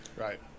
Right